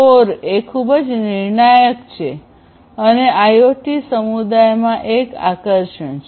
core એ ખૂબ જ નિર્ણાયક છે અને આઈઓટી સમુદાયમાં એક આકર્ષણ છે